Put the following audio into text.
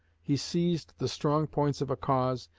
he seized the strong points of a cause,